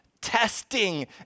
testing